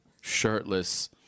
shirtless